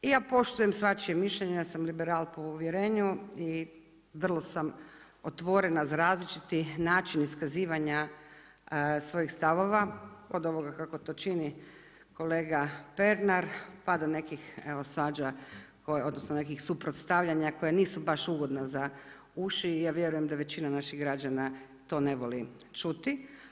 I ja poštujem svačije mišljenje, ja sam liberal po uvjerenju i vrlo sam otvorena za različiti način iskazivanja svojih stavova od ovoga kako to čini kolega Pernar pa do nekih svađa kojih odnosno nekih suprotstavljanja koja nisu baš ugodna za uši i ja vjerujem da većina naših građana to ne voli čuti.